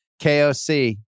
KOC